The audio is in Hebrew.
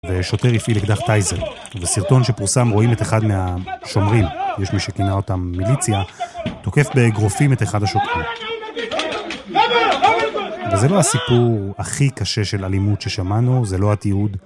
ושוטר הפעיל אקדח טייזר. בסרטון שפורסם רואים את אחד מהשומרים, יש מי שכינה אותם מיליציה, תוקף באגרופים את אחד השוטרים. אבל זה לא הסיפור הכי קשה של אלימות ששמענו, זה לא התיעוד.